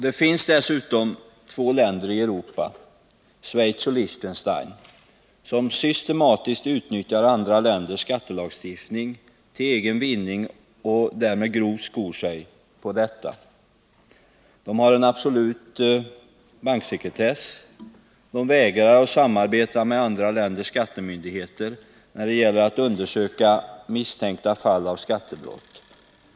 Det finns dessutom två länder i Europa — Schweiz och Liechtenstein — som systematiskt utnyttjar andra länders skattelagstiftning till egen vinning och därmed grovt skor sig på detta. De har en absolut banksekretess. De vägrar att samarbeta med andra länders skattemyndigheter när det gäller att undersöka misstänkta fall av skattebrott.